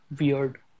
weird